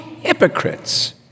hypocrites